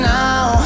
now